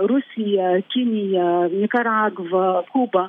rusija kinija nikaragva kuba